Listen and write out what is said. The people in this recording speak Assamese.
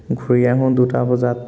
ঘূৰি আহোঁ দুটা বজাত